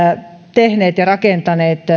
tehneet ja rakentaneet